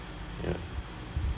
ya